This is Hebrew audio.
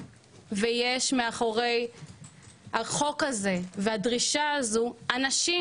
ויש מאחורי החוק הזה והדרישה הזאת אנשים